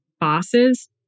bosses